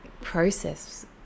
process